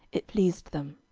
it pleased them.